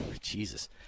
Jesus